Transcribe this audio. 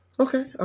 Okay